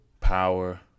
Power